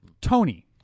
Tony